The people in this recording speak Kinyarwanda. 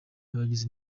n’abagize